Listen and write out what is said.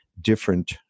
different